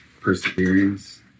perseverance